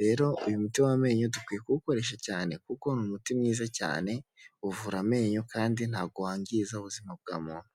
rero uyu muti w'amenyo dukwiye kuwukoresha cyane kuko ni umuti mwiza cyane uvura amenyo kandi ntabwo wangiza ubuzima bwa muntu.